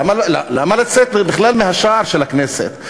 למה לצאת בכלל מהשער של הכנסת?